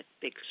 big